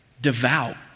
devout